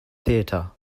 theater